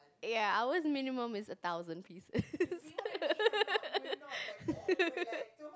ya ours minimum is a thousand pieces